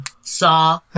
Saw